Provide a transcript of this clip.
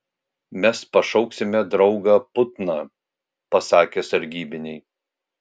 mes pašauksime draugą putną pasakė sargybiniai